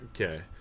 Okay